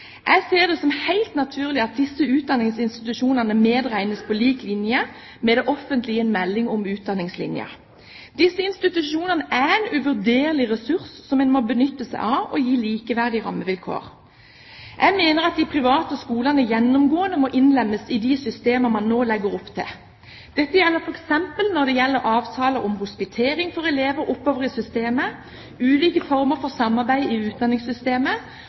Jeg ser det som helt naturlig at disse utdanningsinstitusjonene medregnes på lik linje med det offentlige i en melding om utdanningslinjen. Disse institusjonene er en uvurderlig ressurs som man må benytte seg av og gi likeverdige rammevilkår. Jeg mener at de private skolene gjennomgående må innlemmes i de systemer man nå legger opp til, f.eks. når det gjelder avtaler om hospitering for elever oppover i systemet, ulike former for samarbeid i utdanningssystemet